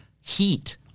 heat